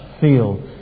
feel